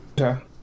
Okay